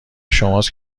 شماست